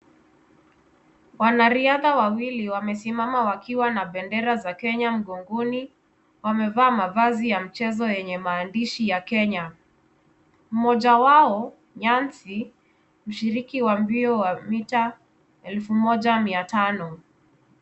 Wanariadha wawili wamesimama wakiwa na bendera za Kenya mgongoni. Wamevaa mavazi ya mchezo yenye maandishi ya Kenya. Mmoja wao Nancy mshiriki wa mbio wa mita elfu moja mia tano.